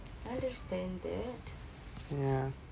I understand that